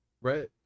Right